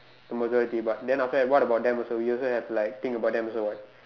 majority but then after that what about them also you also have like think about them also [what]